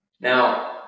Now